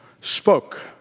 spoke